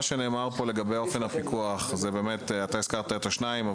מה שנאמר פה לגבי אופן הפיקוח אתה הזכרת את השלישי,